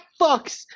fucks